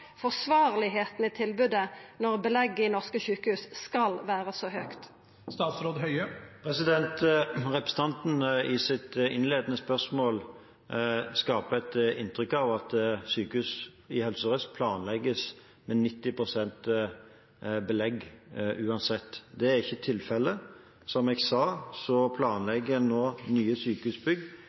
når belegget i norske sjukehus skal vera så høgt? Representanten skaper i sitt innledende spørsmål et inntrykk av at sykehus i Helse Sør-Øst planlegges med 90 pst. belegg uansett. Det er ikke tilfellet. Som jeg sa, planlegger en nå nye sykehusbygg